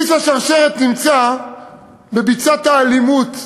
בסיס השרשרת נמצא בביצת האלימות,